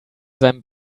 seinem